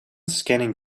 scanning